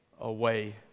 away